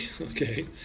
okay